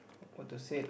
what to say